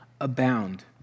abound